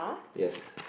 yes